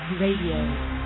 Radio